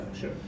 Sure